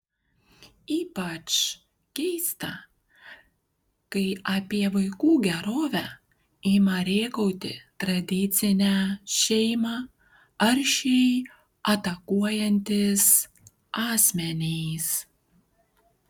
ypač keista kai apie vaikų gerovę ima rėkauti tradicinę šeimą aršiai atakuojantys asmenys